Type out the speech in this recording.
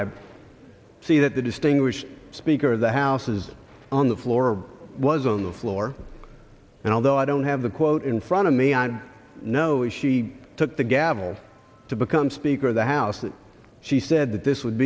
i see that the distinguished speaker of the house is on the floor was on the floor and although i don't have the quote in front of me i don't know if she took the gavel to become speaker of the house and she said that this would